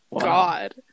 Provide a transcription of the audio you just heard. god